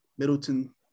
Middleton